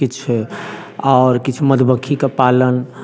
किछु आओर किछु मधुमक्खीक पालन